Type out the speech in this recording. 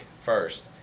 first